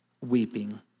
weeping